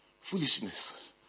foolishness